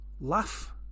laugh